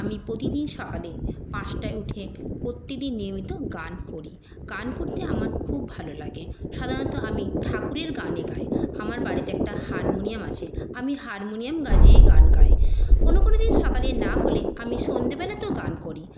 আমি প্রতিদিন সকালে পাঁচটায় উঠে প্রত্যেকদিন নিয়মিত গান করি গান করতে আমার খুব ভালো লাগে সাধারনত আমি ঠাকুরের গানই গাই আমার বাড়িতে একটা হারমোনিয়াম আছে আমি হারমোনিয়াম বাজিয়েই গান গাই কোনো কোনো দিন সকালে না হলে আমি সন্ধ্যেবেলাতেও গান করি